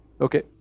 Okay